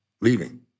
Leaving